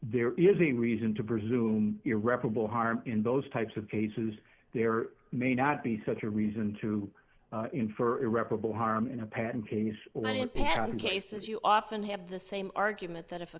there is a reason to presume irreparable harm in those types of cases there may not be such a reason to infer irreparable harm in a patent case in cases you often have the same argument that if a